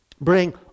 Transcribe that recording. Bring